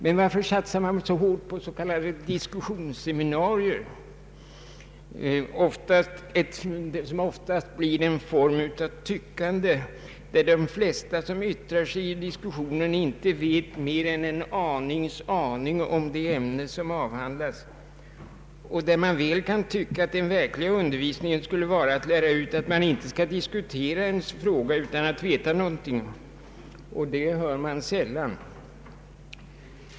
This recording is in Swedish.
Men varför satsar man så hårt på s.k. diskussionsseminarier, som oftast blir en form av tyckande, där de flesta som yttrar sig i diskussionen inte vet mer än en anings aning om det ämne som avhandlas? Den riktiga principen är väl här som annars att man skall lära sig att man icke skall diskutera en fråga utan att veta något om den, men den principen hör man sällan hävdas under dessa seminarier.